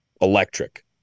electric